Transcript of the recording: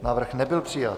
Návrh nebyl přijat.